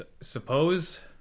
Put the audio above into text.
suppose